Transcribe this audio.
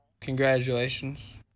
congratulations